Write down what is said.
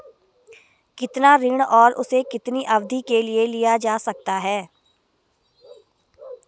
कितना ऋण और उसे कितनी अवधि के लिए लिया जा सकता है?